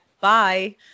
bye